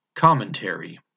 Commentary